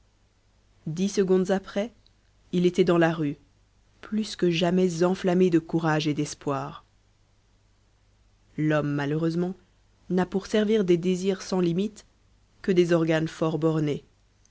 dix secondes après il était dans la rue plus que jamais enflammé de courage et d'espoir l'homme malheureusement n'a pour servir des désirs sans limites que des organes fort bornés